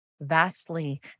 Vastly